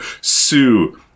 Sue